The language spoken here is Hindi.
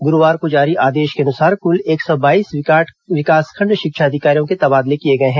गुरूवार को जारी आदेश के अनुसार क्ल एक सौ बाईस विकासखंड शिक्षा अधिकारियों के तबादले किए गए हैं